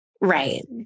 right